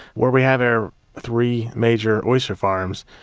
where we have ah three major oyster farms,